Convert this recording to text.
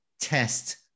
test